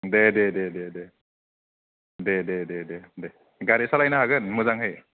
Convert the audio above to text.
दे दे गारि सालायनो हागोन मोजाङै